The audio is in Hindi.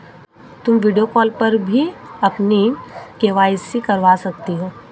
तुम वीडियो कॉल पर भी अपनी के.वाई.सी करवा सकती हो